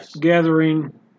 gathering